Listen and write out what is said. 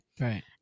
right